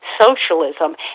socialism